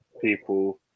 people